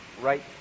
right